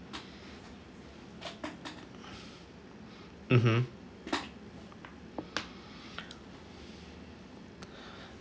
mmhmm